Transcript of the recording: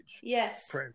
Yes